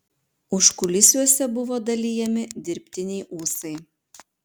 užkulisiuose buvo dalijami dirbtiniai ūsai